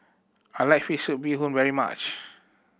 I like fish soup bee hoon very much